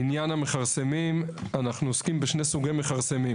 בעניין המכרסמים, עוסקים בשני סוגי מכרסמים